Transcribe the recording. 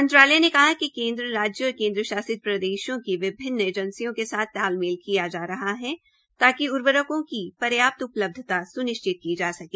मंत्रालय ने कहा कि राज्य और केन्द्र शासित प्रदेशों की विभिन्न एजेंसियों के साथ तालमेल किया जा रहा है ताकि उर्वरके की पर्यापत उपलब्धता सुनिश्चित की जा सके